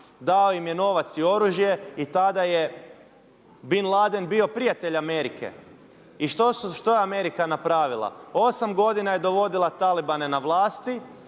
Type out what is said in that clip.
Dao im je novac i oružje i tada je Bin Laden bio prijatelj Amerike. I što je Amerika napravila? 8 godina je dovodila talibane na vlast